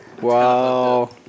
Wow